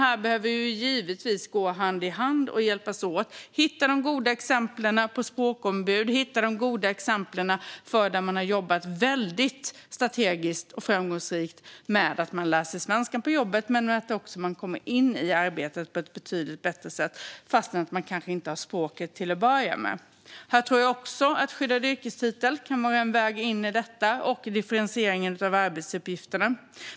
Här behöver vi givetvis gå hand i hand och hjälpas åt - hitta de goda exemplen på språkombud, hitta de goda exemplen där man har jobbat väldigt strategiskt och framgångsrikt med att man lär sig svenska på jobbet men också kommer in i arbetet på ett betydligt bättre sätt fastän man kanske inte har språket till att börja med. Här tror jag också att skyddad yrkestitel kan vara en väg in, liksom differentiering av arbetsuppgifterna.